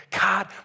God